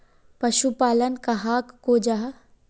पशुपालन कहाक को जाहा?